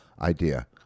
idea